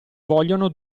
vogliono